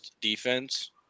defense